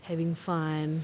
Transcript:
having fun